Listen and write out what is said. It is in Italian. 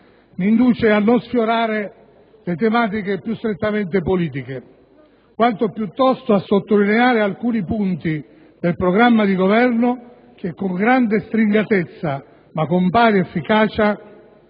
mi induce a non sfiorare le tematiche più strettamente politiche, quanto piuttosto a sottolineare alcuni punti del programma di Governo che, con grande stringatezza ma con pari efficacia,